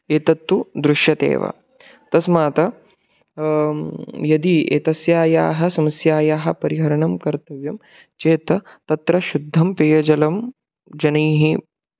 एतत्तु दृश्यते एव तस्मात् यदि एतस्याः समस्यायाः परिहरणं कर्तव्यं चेत् तत्र शुद्धं पेयजलं जनैः